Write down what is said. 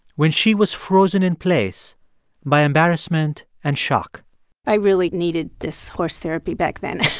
when she was frozen in place by embarrassment and shock i really needed this horse therapy back then